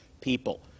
people